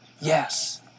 yes